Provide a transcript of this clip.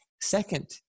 Second